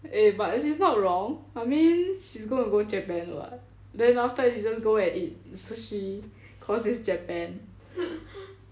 eh but she's not wrong I mean she's gonna go japan [what] then after that she just go and eat sushi cause it's japan